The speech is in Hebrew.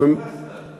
איפה פלסנר?